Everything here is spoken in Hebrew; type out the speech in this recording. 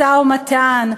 משא-ומתן.